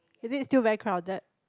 is it still very crowded